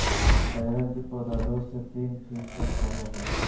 बैगन के पौधा दो से तीन फीट के होबे हइ